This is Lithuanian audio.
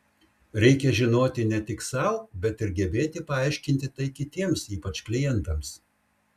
reikia žinoti ne tik sau bet ir gebėti paaiškinti tai kitiems ypač klientams